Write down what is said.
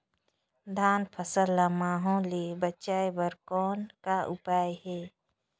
धान फसल ल महू ले बचाय बर कौन का उपाय हे?